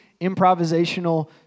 improvisational